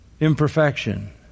imperfection